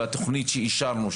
בתוכנית שאישרנו,